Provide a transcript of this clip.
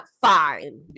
fine